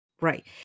Right